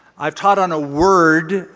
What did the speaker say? i've taught on a word.